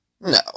No